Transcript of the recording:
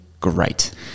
great